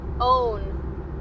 own